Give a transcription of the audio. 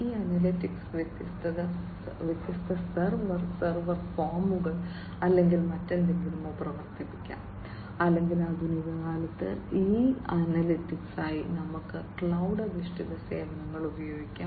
ഈ അനലിറ്റിക്സ് വ്യത്യസ്ത server server ഫോമുകൾ അല്ലെങ്കിൽ മറ്റെന്തെങ്കിലുമോ പ്രവർത്തിപ്പിക്കാം അല്ലെങ്കിൽ ആധുനിക കാലത്ത് ഈ അനലിറ്റിക്സിനായി നമുക്ക് ക്ലൌഡ് അധിഷ്ഠിത സേവനങ്ങൾ ഉപയോഗിക്കാം